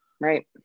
right